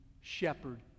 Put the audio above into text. shepherd